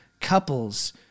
couples